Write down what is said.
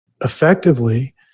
effectively